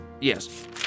Yes